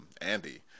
Andy